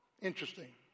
Interesting